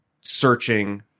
searching